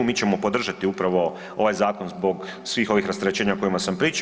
Mi ćemo podržati upravo ovaj zakon zbog svih ovih rasterećenja o kojima sam pričao.